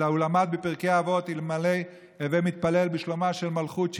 אלא הוא למד בפרקי אבות "הווי מתפלל בשלומה של מלכות,